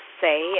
say